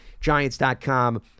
Giants.com